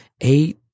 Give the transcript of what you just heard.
eight